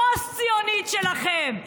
הפוסט-ציונית שלכם.